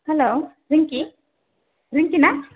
हेल' रिंकि रिंकि ना